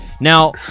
Now